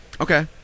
Okay